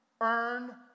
Earn